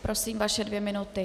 Prosím, vaše dvě minuty.